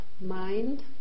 mind